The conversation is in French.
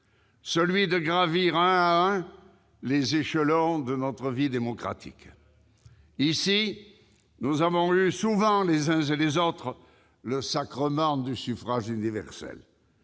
avoir gravi un à un les échelons de notre vie démocratique. C'est vrai ! Ici, nous avons reçu souvent, les uns et les autres, le sacrement du suffrage universel.